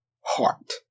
heart